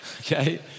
okay